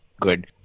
good